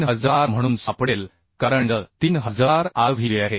3000 म्हणून सापडेल कारण L 3000 RVVआहे